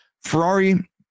Ferrari